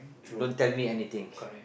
don't tell me anything